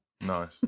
Nice